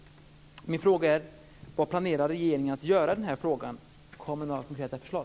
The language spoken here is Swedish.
Min fråga är: Vad planerar regeringen att göra när det gäller den här frågan? Kom med några konkreta förslag!